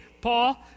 Paul